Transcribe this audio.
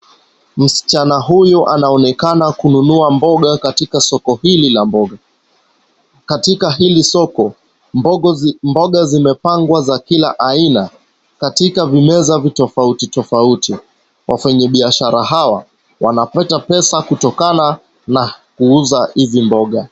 Msichana huyu anaonekana kununua mboga katika soko hili la mboga. Katika hili soko mboga zimepangwa za kila aina, katika vimeza vitofauti tofauti. Wafanyikazi hawa wanapata pesa kutokana na kuuza hizi mboga.